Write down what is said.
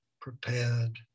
prepared